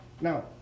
Now